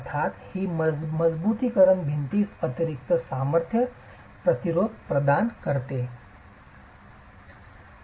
अर्थात ही मजबुतीकरण भिंतीस अतिरिक्त सामर्थ्य प्रतिरोध प्रदान करते